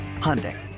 Hyundai